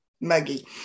muggy